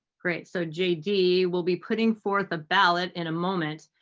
great. so j d. will be putting forth a ballot in a moment.